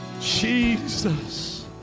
Jesus